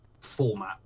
format